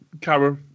camera